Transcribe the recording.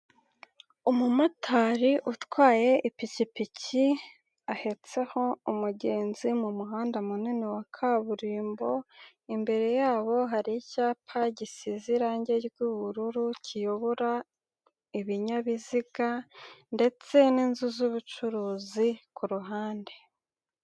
Umumotari utwaye ipikipiki ahetseho umugenzi mu muhanda munini wa kaburimbo, imbere yabo hari icyapa gisize irange ry'ubururu kiyobora ibinyabiziga ndetse n'inzu z'ubucuruzi ku ruhande.